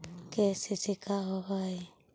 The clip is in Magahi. के.सी.सी का होव हइ?